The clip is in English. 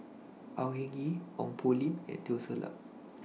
Au Hing Yee Ong Poh Lim and Teo Ser Luck